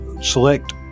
select